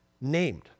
named